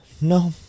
No